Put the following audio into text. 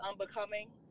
unbecoming